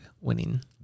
winning